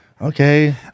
okay